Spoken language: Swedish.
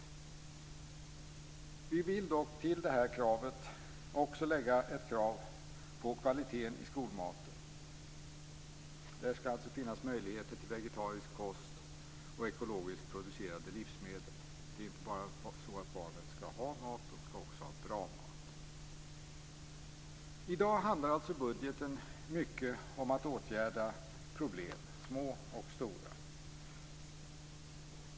Vi vill dock till detta krav också ställa krav på kvaliteten på skolmaten. Det skall finnas möjligheter till vegetarisk kost och ekologiskt producerade livsmedel. Barnen skall inte bara ha mat, de skall också ha bra mat. I dag handlar budgeten alltså mycket om att åtgärda problem, både små och stora.